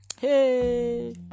Hey